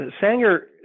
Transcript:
Sanger